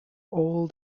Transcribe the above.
all